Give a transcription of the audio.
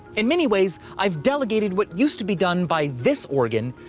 in many ways, i've delegated what used to be done by this organ,